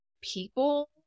people